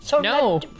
No